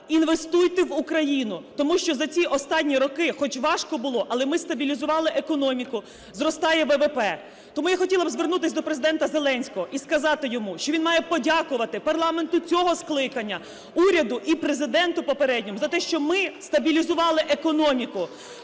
інвестуйте в Україну. Тому що за ці останні роки, хоч і важко було, але ми стабілізували економіку, зростає ВВП. Тому я хотіла б звернутись до Президента Зеленського і сказати йому, що він має подякувати парламенту цього скликання, уряду і Президенту попередньому за те, що ми стабілізували економіку.